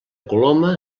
coloma